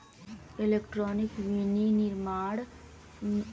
Electronic विनीर्माण cluster योजना का होथे?